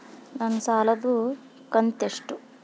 ನನ್ನ ಸಾಲದು ಕಂತ್ಯಷ್ಟು?